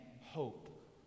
hope